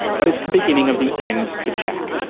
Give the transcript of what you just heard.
but it's the beginning of the end for jack.